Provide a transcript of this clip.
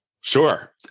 Sure